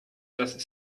das